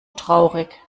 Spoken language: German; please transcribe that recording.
traurig